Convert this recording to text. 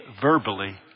verbally